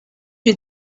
you